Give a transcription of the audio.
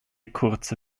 kurze